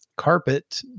carpet